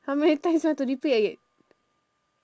how many times you want to repeat